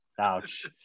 Ouch